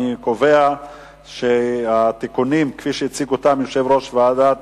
אני קובע שהתיקונים לחוק שהציג יושב-ראש ועדת